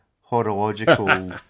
Horological